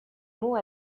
mots